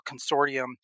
consortium